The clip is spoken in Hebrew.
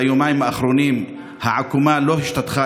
ביומיים האחרונים העקומה לא השתטחה